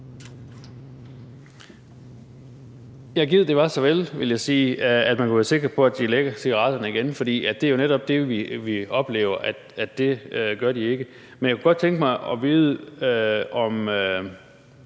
vel, vil jeg sige, at man kunne være sikker på, at de lægger cigaretterne igen, for det, vi oplever, er, at det gør de jo ikke. Men jeg kunne godt tænke mig at vide, om